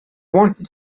wanted